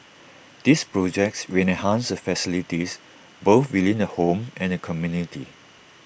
these projects will enhance the facilities both within the home and the community